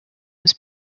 was